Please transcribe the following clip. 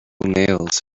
nails